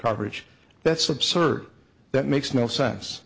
coverage that's absurd that makes no sense